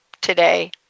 today